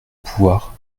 pouvoir